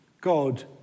God